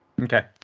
Okay